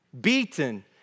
Beaten